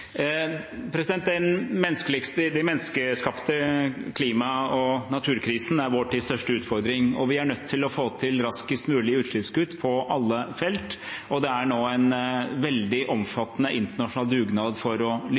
Den menneskeskapte klima- og naturkrisen er vår tids største utfordring, og vi er nødt til å få til raskest mulig utslippskutt på alle felt. Det er nå en veldig omfattende internasjonal dugnad for å